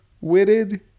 witted